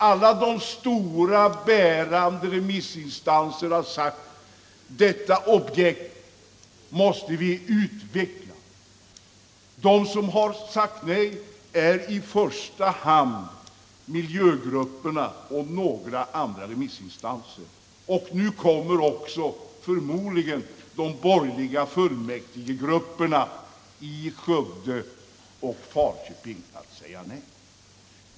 Alla de stora, tunga remissinstanserna har sagt att vi måste utveckla detta objekt. De som har sagt nej är i första hand miljögrupperna och några andra remissinstanser, och nu kommer förmodligen också de borgerliga fullmäktigegrupperna i Skövde och Falköping att göra det.